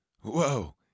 Whoa